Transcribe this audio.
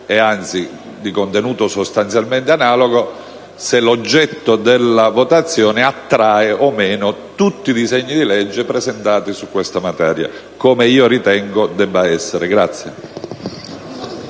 e, anzi, di contenuto sostanzialmente analogo, se l'oggetto della votazione attrae o meno tutti i disegni di legge presentati su questa materia, come io ritengo debba essere.